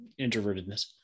introvertedness